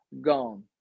gone